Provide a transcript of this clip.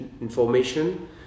information